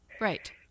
Right